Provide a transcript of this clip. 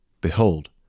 Behold